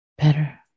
better